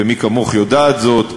ומי כמוך יודעת זאת,